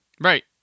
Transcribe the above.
right